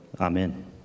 amen